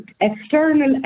external